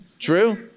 True